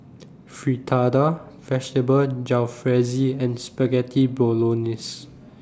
Fritada Vegetable Jalfrezi and Spaghetti Bolognese